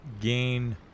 gain